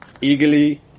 eagerly